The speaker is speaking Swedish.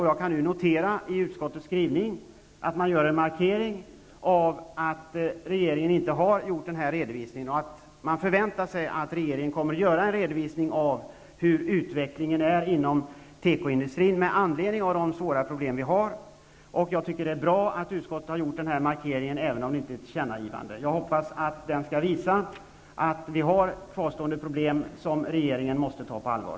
Jag kan notera att man i utskottets skrivning gör en markering, att regeringen inte har gjort denna redovisning och att man förväntar sig en redovisning från regeringen av utvecklingen inom tekoindustrin med anledning av de svåra problem vi har. Det är bra att utskottet har gjort denna markering även om det inte är ett tillkännagivande. Jag hoppas att det skall visa att problemen kvarstår och att regeringen måste ta dem på allvar.